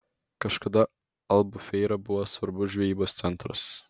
kažkada albufeira buvo svarbus žvejybos centras